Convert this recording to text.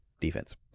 defense